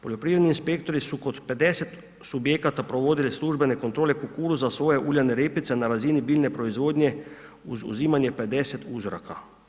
Poljoprivredni inspektori su kod 50 subjekata provodili službene kontrole kukuruza, soje, uljane repice na razini biljne proizvodnje uz uzimanje 50 uzoraka.